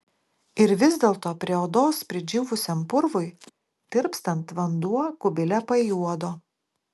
ir vis dėlto prie odos pridžiūvusiam purvui tirpstant vanduo kubile pajuodo